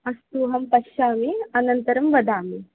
अस्तु अहं पश्यामि अनन्तरं वदामि